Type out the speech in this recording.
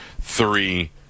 three